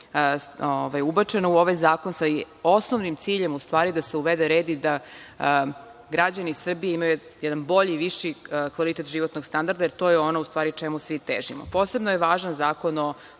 ubačeno u ovaj zakon, sa osnovnim ciljem da se uvede red i da građani Srbiji imaju jedan bolji, viši kvalitet životnog standarda. To je ono u stvari čemu svi težimo. Posebno je važan Zakon o